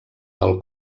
del